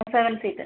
seven seat